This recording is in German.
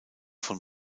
von